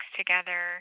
together